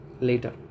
later